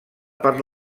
per